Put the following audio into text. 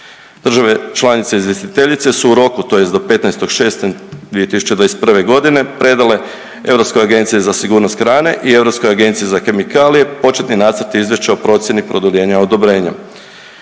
Države članice izvjestiteljice su u roku tj. do 15.6.2021. godine predale Europskoj agenciji za sigurnost hrane i Europskoj agenciji za kemikalije početni nacrt izvješća o procjeni produljenja odobrenja.